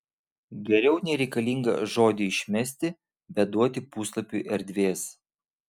geriau nereikalingą žodį išmesti bet duoti puslapiui erdvės